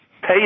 Pay